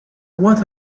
what